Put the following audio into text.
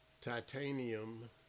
titanium